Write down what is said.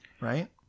right